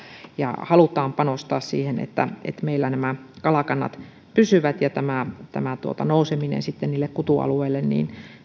ja halutaan panostaa siihen että meillä nämä kalakannat pysyvät ja nouseminen sitten niille kutualueille